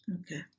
Okay